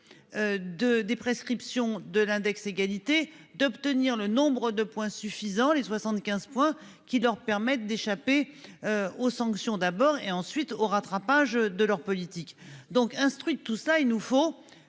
des prescriptions de l'index égalité d'obtenir le nombre de points suffisants les 75 points qui leur permettent d'échapper. Aux sanctions d'abord et ensuite au rattrapage de leur politique. Donc instruit de tout cela il nous faut